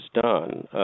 done